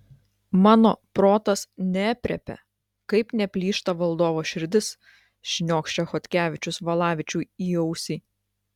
mano protas neaprėpia kaip neplyšta valdovo širdis šniokščia chodkevičius valavičiui į ausį